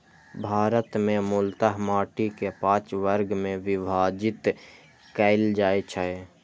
भारत मे मूलतः माटि कें पांच वर्ग मे विभाजित कैल जाइ छै